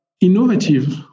innovative